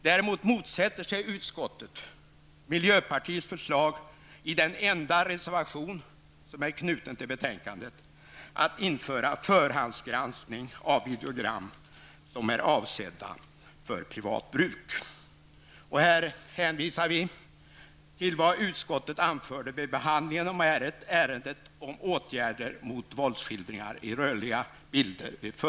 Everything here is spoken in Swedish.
Däremot motsätter sig utskottet miljöpartiets förslag i den enda reservation som är knuten till betänkandet, att införa förhandsgranskning av videogram som är avsedda för privat bruk. Här hänvisar vi till vad utskottet anförde vid behandlingen av ärendet -- vid föregående riksmöte -- om åtgärder mot våldsskildringar i rörliga bilder.